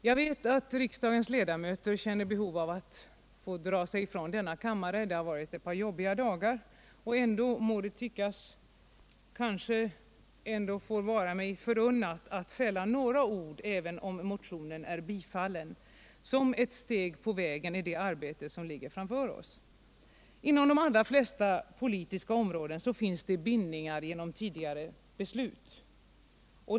Jag vet att riksdagens ledamöter känner ett behov av att dra sig från denna kammare. Det har varit ett par jobbiga dagar. Även om motionen är bifallen, må det emellertid vara mig förunnat att fälla några ord såsom ett steg på vägen i det arbete som ligger framför oss. Inom de allra flesta politiska områden finns det bindningar genom tidigare beslut.